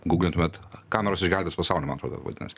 gūglintumėt kameros išgelbės pasaulį man atrodo vadinas